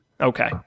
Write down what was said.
okay